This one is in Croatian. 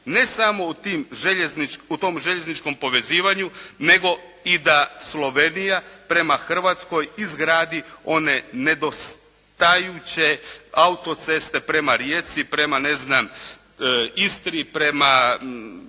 ne samo u tom željezničkom povezivanju nego i da Slovenija prema Hrvatskoj izgradi one nedostajuće autoceste prema Rijeci, prema ne znam Istri, prema